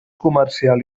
comercial